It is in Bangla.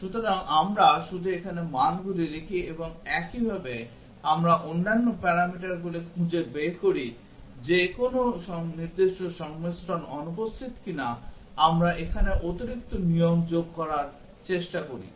সুতরাং আমরা শুধু এখানে মানগুলি লিখি এবং একইভাবে আমরা অন্যান্য প্যারামিটারগুলি খুঁজে বের করি যে কোন নির্দিষ্ট সংমিশ্রণ অনুপস্থিত কিনা আমরা এখানে অতিরিক্ত নিয়ম যোগ করার চেষ্টা করি